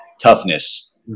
toughness